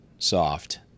Soft